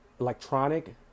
electronic